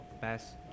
best